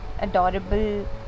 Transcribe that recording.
adorable